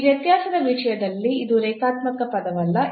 ಈ ವ್ಯತ್ಯಾಸದ ವಿಷಯದಲ್ಲಿ ಇದು ರೇಖಾತ್ಮಕ ಪದವಲ್ಲ